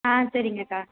ஆ சரிங்கக்கா